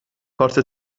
کارت